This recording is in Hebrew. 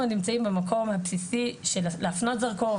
נמצאים כיום במקום הבסיסי של להפנות דרכו,